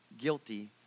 guilty